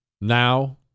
Now